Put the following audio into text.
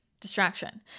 distraction